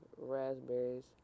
raspberries